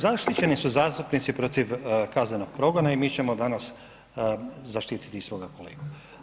Zaštićeni su zastupnici protiv kaznenog progona i mi ćemo danas zaštiti i svoga kolegu.